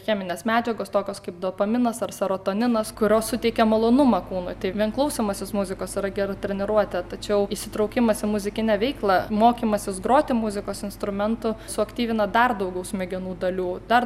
cheminės medžiagos tokios kaip dopaminas ar serotoninas kurios suteikia malonumą kūnui tai vien klausomasis muzikos yra gera treniruotė tačiau įsitraukimas į muzikinę veiklą mokymasis groti muzikos instrumentu suaktyvina dar daugiau smegenų dalių dar